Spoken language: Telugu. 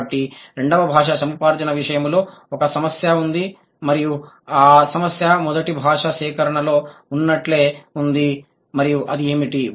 కాబట్టి రెండవ భాషా సముపార్జన విషయంలో ఒక సమస్య ఉంది మరియు ఆ సమస్య మొదటి భాషా సేకరణలో ఉన్నట్లే ఉంది మరియు అది ఏమిటి